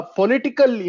political